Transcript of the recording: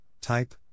type